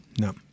no